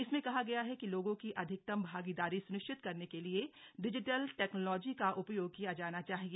इसमें कहा गया है कि लोगों की अधिकतम भागीदारी सुनिश्चित करने के लिए डिजिटल टैक्नोलोजी का उपयोग किया जाना चाहिए